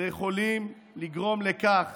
ויכולים לגרום לכך